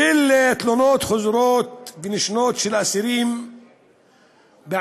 יש תלונות חוזרות ונשנות של אסירים בעניין